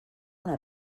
una